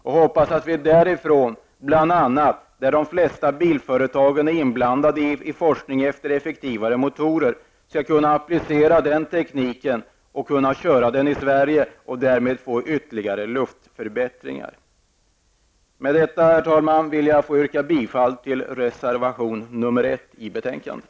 Vi hoppas att de bilföretag bl.a. där som är inblandade i forskning efter effektivare motorer skall kunna få fram en teknik, som kan appliceras på svenska förhållanden och ge oss ytterligare luftförbättringar. Med detta, herr talman, vill jag yrka bifall till reservation 1 i betänkandet.